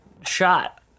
shot